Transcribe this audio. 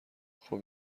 خوب